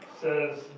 says